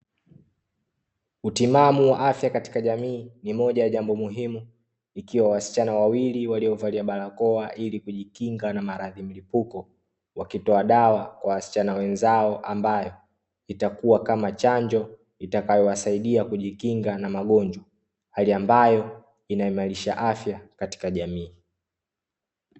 Utimamu wa afya katika jamii ni moja ya jambo muhimu ,ikiwa wasichana wawili waliovalia barakoa ili kujikinga na maradhi mlipuko, wakitoa dawa kwa wasichana wenzao ambao itakuwa kama chanjo itakayowasaidia kujikinga na magonjwa hali ambayo inaimarisha afya katika jamii.